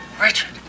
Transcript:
Richard